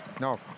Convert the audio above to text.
No